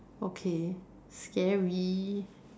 okay scary